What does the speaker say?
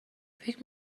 فکر